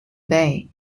bay